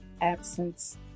absence